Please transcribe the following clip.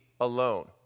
alone